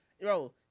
Bro